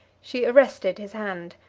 she arrested his hand,